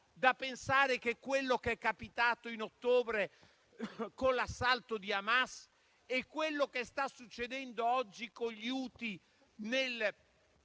da pensare che quello che è capitato a ottobre con l'assalto di Hamas e quello che sta succedendo oggi con gli Houthi nel